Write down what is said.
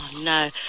no